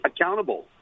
accountable